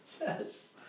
yes